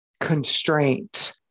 constraint